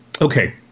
okay